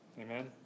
Amen